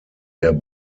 der